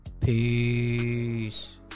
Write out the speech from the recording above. Peace